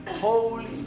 holy